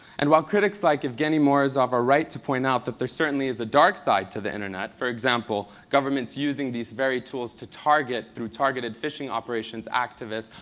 and while critics like evgeny morozov are right to point out that there certainly is a dark side to the internet, for example, governments using these very tools to target through targeted phishing operations activists,